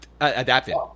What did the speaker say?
adapted